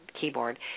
keyboard